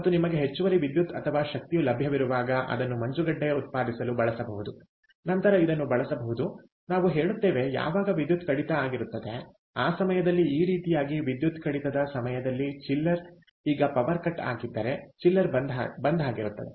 ಮತ್ತು ನಿಮಗೆ ಹೆಚ್ಚುವರಿ ವಿದ್ಯುತ್ ಅಥವಾ ಶಕ್ತಿಯು ಲಭ್ಯವಿರುವಾಗ ಅದನ್ನು ಮಂಜುಗಡ್ಡೆ ಉತ್ಪಾದಿಸಲು ಬಳಸಬಹುದು ನಂತರ ಇದನ್ನು ಬಳಸಬಹುದು ನಾವು ಹೇಳುತ್ತೇವೆ ಯಾವಾಗ ವಿದ್ಯುತ್ ಕಡಿತ ಆಗಿರುತ್ತದೆ ಆ ಸಮಯದಲ್ಲಿ ಈ ರೀತಿಯಾಗಿ ವಿದ್ಯುತ್ ಕಡಿತದ ಸಮಯದಲ್ಲಿ ಚಿಲ್ಲರ್ ಈಗ ಪವರ್ ಕಟ್ ಆಗಿದ್ದರೆ ಚಿಲ್ಲರ್ ಬಂದ್ ಆಗಿರುತ್ತದೆ